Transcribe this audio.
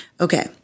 okay